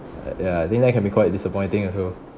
ya I think that can be quite disappointing also